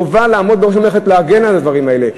חובה לעמוד להגן על הדברים האלה.